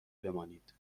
بمانید